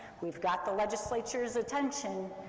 we've got the legislature's attention,